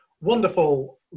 Wonderful